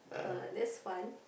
uh that's fun